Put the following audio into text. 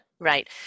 Right